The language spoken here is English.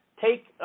Take